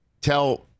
tell